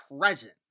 present